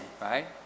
right